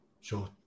Sure